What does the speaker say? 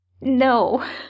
No